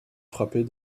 frappées